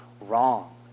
wrong